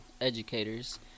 educators